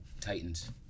Titans